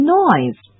noise